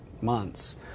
months